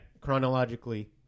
chronologically